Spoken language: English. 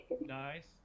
Nice